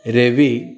Ravi